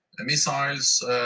missiles